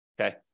okay